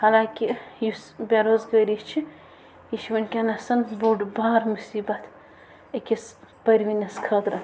حالانکہِ یُس بے روزگٲری چھِ یہِ چھِ وٕنۍکٮ۪نَس بوٚڑ بار مُصیٖبت أکِس پٔرِوٕنِس خٲطرٕ